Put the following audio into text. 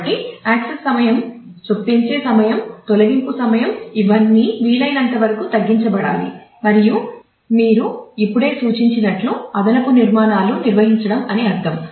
కాబట్టి యాక్సెస్ సమయం చొప్పించే సమయం తొలగింపు సమయం ఇవన్నీ వీలైనంత వరకు తగ్గించబడాలి మరియు మీరు ఇప్పుడే సూచించినట్లు అదనపు నిర్మాణాలను నిర్వహించడం అని అర్ధం